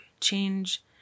Change